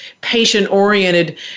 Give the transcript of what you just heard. patient-oriented